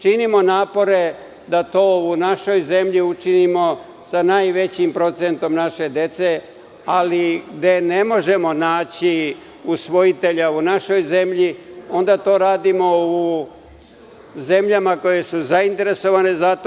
Činimo napore da to u našoj zemlji učinimo sa najvećim procentom naše dece, ali gde ne možemo naći usvojitelja u našoj zemlji, onda to radimo u zemljama koje su zainteresovane za to.